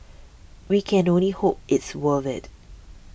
we can only hope it's worth it